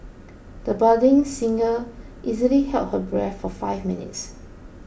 the budding singer easily held her breath for five minutes